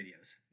videos